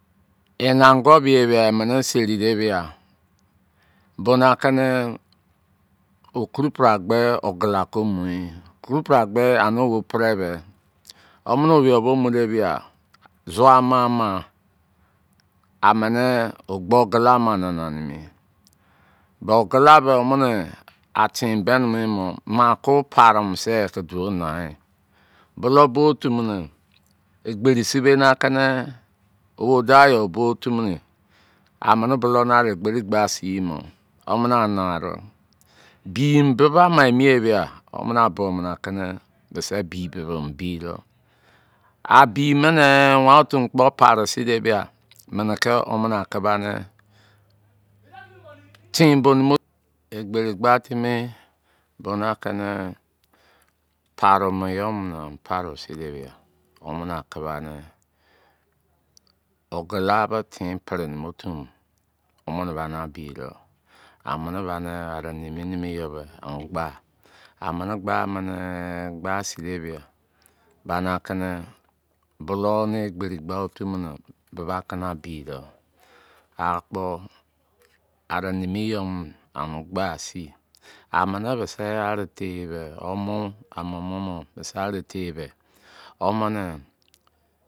Ịna moọ bie bia iminị seri de bia, boni aki ni okuruperagbe ogula ko mu yi. Okuruperagbe, ani we pẹrẹ bẹ. Womini o ni mu de, bia, zua ama ma, amini ogbo-ogula ama nana nimi. Be ogula tẹ womini a tịn beni mo e mọ maa akụ para mọ sẹ kiduo naa yi. Bụlọu-bo-otu mịnị, egberii sibe ni akị nị wo daụ-otu mịnị. Amini bulou na be egberii gba siri mọ, ivomini ana dọ. Bii ni bịbị ama emie bia, iyomini a buo mo ni, aki nị bisi bibibi, mo̱ bi dọ. Abi mini wan-otu kpo paru sin de bia mini ki wo mini aki ba nị tịn bonimi, egberii gba timi bo na kimi parụ mo yo̱ mini amo̱ paru̱ sin de bia womini aki banị o̱gula be̱ tin pri nimi otu mo, womini bani, abi do̱. Amini bani arị nimi nimi yọ be a mọ gba. Amini̱ gba mini gba sin de bia, bani akini bụlọu nị egberi gba otu mini bibi akini a bidọ., akpọ, ari nimi yo mo a mọ gba sin. Amini bisi ari tei yi be, wo mọ amiọmọ mọ bịsị ari-tei yi bẹ. Womini,